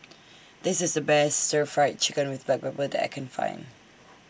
This IS The Best Stir Fried Chicken with Black Pepper that I Can Find